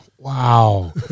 Wow